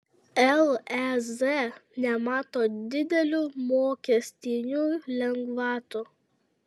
lez nemato didelių mokestinių lengvatų